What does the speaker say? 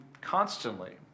constantly